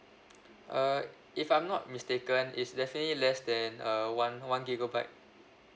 uh if I'm not mistaken is definitely less than uh one one gigabyte